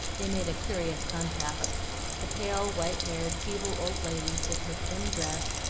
they made a curious contrast the pale, white-haired, feeble old lady, with her prim dress,